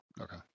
Okay